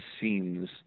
seems